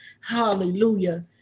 hallelujah